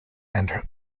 and